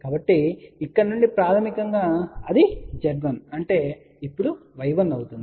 కాబట్టి ఇక్కడ నుండి ప్రాథమికంగా అది z1 అంటే ఇప్పుడు y1 అవుతుంది